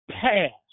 past